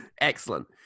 Excellent